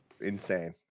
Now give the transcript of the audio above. insane